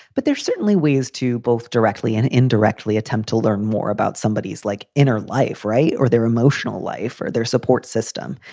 but there's certainly ways to both directly and indirectly attempt to learn more about somebodies like inner life. right. or their emotional life or their support system.